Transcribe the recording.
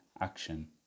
action